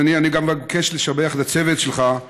אני גם מבקש לשבח את הצוות שלך.